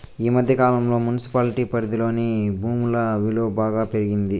ఈ మధ్య కాలంలో మున్సిపాలిటీ పరిధిలోని భూముల విలువ బాగా పెరిగింది